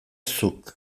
zuk